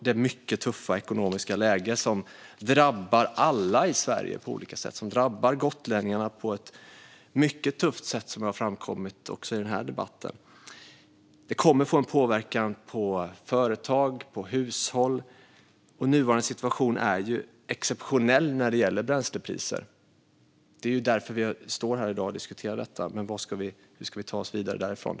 Det mycket tuffa ekonomiska läget drabbar alla i Sverige på olika sätt, drabbar gotlänningarna, och får en påverkan på företag och hushåll. Nuvarande situation är exceptionell när det gäller bränslepriser. Det är därför vi står här i dag och diskuterar frågan. Men hur ska vi ta oss vidare?